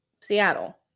Seattle